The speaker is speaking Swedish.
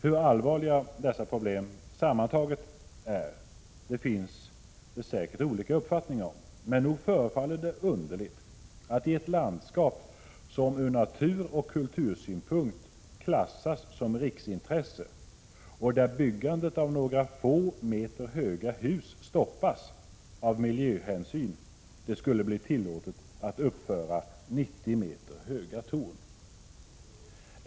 Hur allvarliga dessa problem sammantaget är finns det säkert olika uppfattningar om, men nog förefaller det underligt att det i ett landskap som ur naturoch kultursynpunkt klassas som riksintresse och där byggandet av några få meter höga hus stoppas av miljöhänsyn skulle bli tillåtet att uppföra 90 meter höga torn.